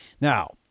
Now